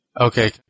Okay